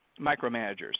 micromanagers